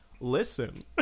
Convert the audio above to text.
listen